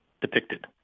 depicted